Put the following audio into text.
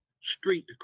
street